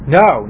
no